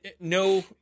no